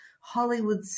Hollywood